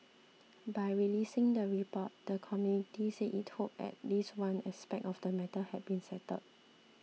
by releasing the report the committee said it hoped at least one aspect of the matter had been settled